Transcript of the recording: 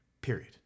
Period